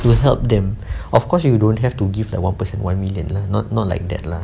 to help them of course you don't have to give that one person one million lah not not like that lah